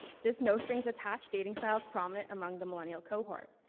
this no strings attached dating style is prominent among the millennial cohort.